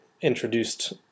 introduced